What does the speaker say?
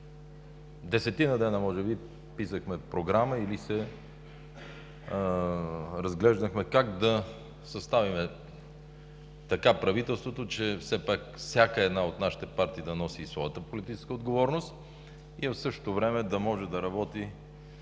Десетина дни може би писахме програма или разглеждахме как да съставим правителството, така че всяка от нашите партии да носи своята политическа отговорност и в същото време да може да работи